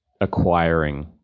acquiring